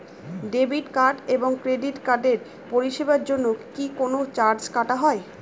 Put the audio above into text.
Debit card এবং credit কার্ডের পরিষেবার জন্য কি কোন চার্জ কাটা হয়?